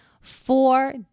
four